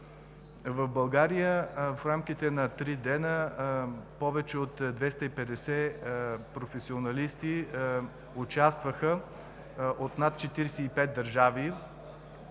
В България в рамките на три дни повече от 250 професионалисти участваха от над 45 държави.